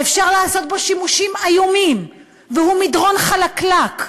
שאפשר לעשות בו שימושים איומים והוא מדרון חלקלק,